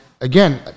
again